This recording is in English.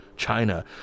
China